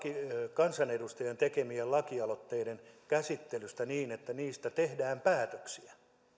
kansanedustajien tekemien lakialoitteiden käsittelyssä niin että niistä tehdään päätöksiä